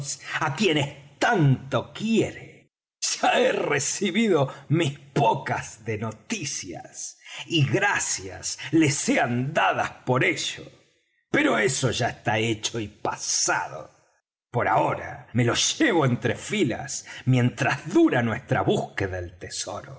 á quienes tanto quiere ya he recibido mis pocas de noticias y gracias le sean dadas por ello pero eso ya está hecho y pasado por ahora me lo llevo entre filas mientras dura nuestra busca del tesoro